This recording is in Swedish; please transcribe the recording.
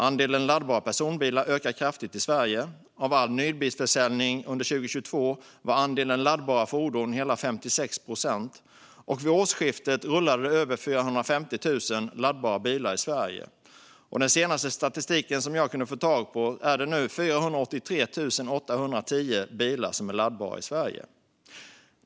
Andelen laddbara personbilar ökar kraftigt i Sverige. Av all nybilsförsäljning under 2022 var andelen laddbara personbilar hela 56 procent, och vid årsskiftet rullade över 450 000 laddbara bilar i Sverige. Enligt den senaste statistik jag kunde få tag på är det nu 483 810 bilar som är laddbara i Sverige.